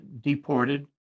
deported